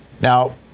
Now